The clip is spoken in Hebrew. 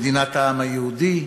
מדינת העם היהודי,